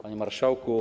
Panie Marszałku!